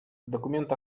документ